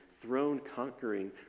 throne-conquering